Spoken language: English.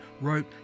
wrote